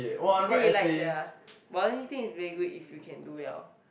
he say he like sia but only think is very good if you can do well